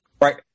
right